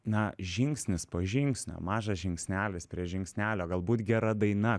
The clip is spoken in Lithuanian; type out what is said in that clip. na žingsnis po žingsnio mažas žingsnelis prie žingsnelio galbūt gera daina